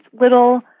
little